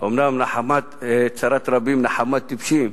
אומנם צרת רבים נחמת טיפשים,